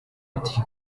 ati